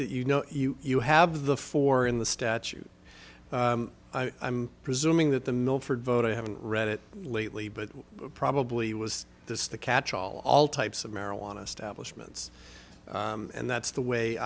that you know you have the four in the statute i'm presuming that the milford vote i haven't read it lately but probably was this the catchall all types of marijuana establishment and that's the way